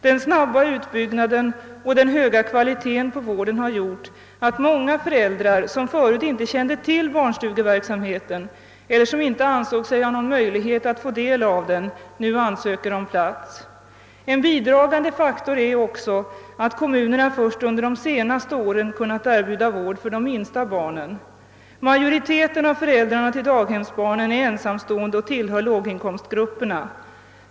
Den snabba utbyggnaden och den höga kvaliteten på vården har gjort att många föräldrar, som förut inte kände till barnstugeverksamheten eller som inte ansåg sig ha någon möjlighet att få del av den, nu ansöker om plats. En bidragande faktor är också att kommunerna först under de senaste åren har kunnat erbjuda vård för de minsta barnen. Majoriteten av föräldrarna till daghemsbarnen är ensamstående och tillhör låginkomstgrupperna.